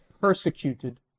persecuted